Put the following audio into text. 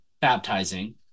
baptizing